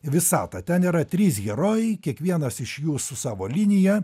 visatą ten yra trys herojai kiekvienas iš jų su savo linija